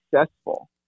successful